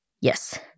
Yes